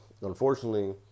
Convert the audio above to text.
Unfortunately